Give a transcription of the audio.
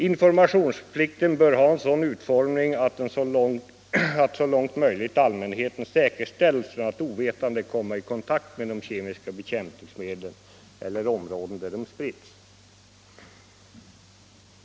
Informationsplikten bör ha en sådan utformning att så långt möjligt allmänheten säkerställs från att ovetande komma i kontakt med kemiska bekämpningsmedel eller områden där de spritts.